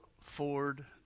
ford